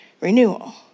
renewal